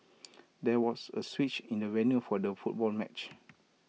there was A switch in the venue for the football match